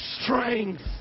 strength